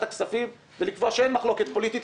הכספים ולקבוע שאין מחלוקת פוליטית,